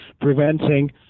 preventing